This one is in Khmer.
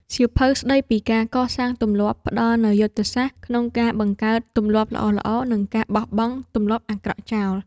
សៀវភៅស្ដីពីការកសាងទម្លាប់ ផ្ដល់នូវយុទ្ធសាស្ត្រក្នុងការបង្កើតទម្លាប់ល្អៗ និងការបោះបង់ទម្លាប់អាក្រក់ចោល។